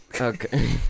Okay